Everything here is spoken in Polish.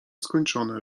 skończone